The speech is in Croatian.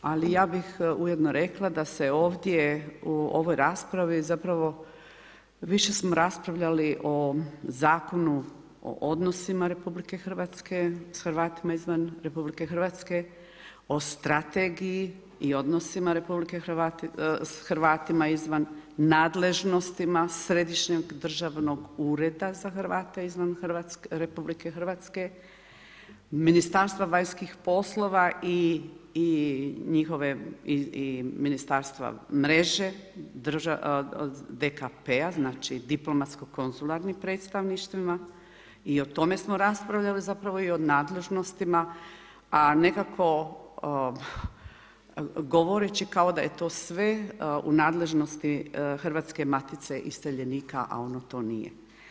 Ali ja bih ujedno rekla da se ovdje u ovoj raspravi zapravo, više smo raspravljali o zakonu o odnosima RH s Hrvatima izvan RH, o strategiji i odnosima s Hrvatima izvan, nadležnostima Središnjeg državnog ureda za Hrvate izvan RH, Ministarstva vanjskih poslova i njihove i ministarstva mreže, DKP-a, znači diplomatsko konzularnim predstavništvima, i o tome smo raspravljali zapravo i o nadležnostima, a nekako govoreći kao da je to sve u nadležnosti Hrvatske Matice iseljenika, a ono to nije.